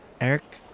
Eric